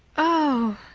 oh!